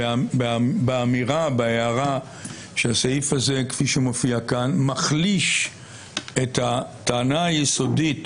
בהערה שהסעיף הזה כפי שהוא מופיע כאן מחליש את הטענה היסודית